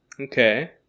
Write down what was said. Okay